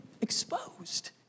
exposed